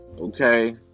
okay